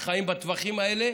שחיים בטווחים האלה